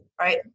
right